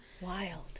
wild